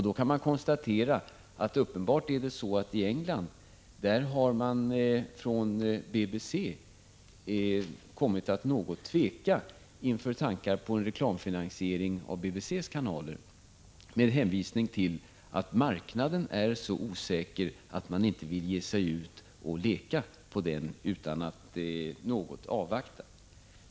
Då kan man konstatera att BBC i England har kommit att något tveka inför tankar på en reklamfinansiering av BBC:s kanaler med hänvisning till att marknaden är så osäker att man inte vill ge sig ut och leka på den utan att något avvakta.